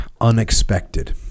Unexpected